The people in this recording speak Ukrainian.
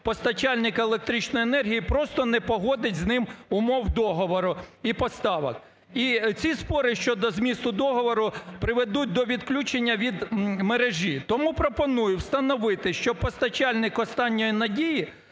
постачальник електричної енергії просто не погодить з ним умов договору і поставок, і ці спори щодо змісту договору приведуть до відключення до мережі. Тому пропоную встановити, що постачальник "останньої надії"